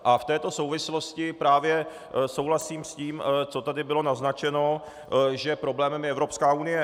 A v této souvislosti právě souhlasím s tím, co tady bylo naznačeno, že problémem je Evropská unie.